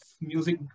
music